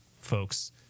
folks